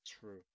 True